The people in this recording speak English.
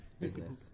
business